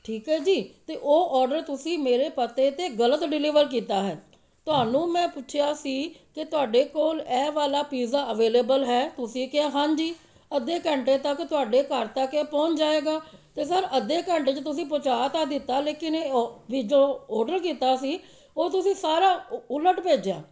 ਠੀਕ ਆ ਜੀ ਅਤੇ ਉਹ ਔਡਰ ਤੁਸੀਂ ਮੇਰੇ ਪਤੇ 'ਤੇ ਗ਼ਲਤ ਡਿਲੀਵਰ ਕੀਤਾ ਹੈ ਤੁਹਾਨੂੰ ਮੈਂ ਪੁੱਛਿਆ ਸੀ ਕਿ ਤੁਹਾਡੇ ਕੋਲ ਇਹ ਵਾਲਾ ਪੀਜ਼ਾ ਅਵੇਲੇਬਲ ਹੈ ਤੁਸੀਂ ਕਿਹਾ ਹਾਂਜੀ ਅੱਧੇ ਘੰਟੇ ਤੱਕ ਤੁਹਾਡੇ ਘਰ ਤੱਕ ਇਹ ਪਹੁੰਚ ਜਾਵੇਗਾ ਅਤੇ ਸਰ ਅੱਧੇ ਘੰਟੇ 'ਚ ਤੁਸੀਂ ਪਹੁੰਚਾ ਤਾਂ ਦਿੱਤਾ ਲੇਕਿਨ ਉਹ ਵੀ ਜੋ ਔਡਰ ਕੀਤਾ ਸੀ ਉਹ ਤੁਸੀਂ ਸਾਰਾ ਉ ਉਲਟ ਭੇਜਿਆ